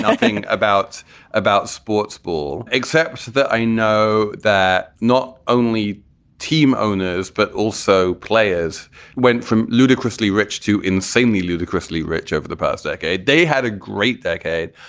thing about about sports school. except that i know that not only team owners, but also players went from ludicrously rich to insanely ludicrously rich over the past decade. they had a great decade.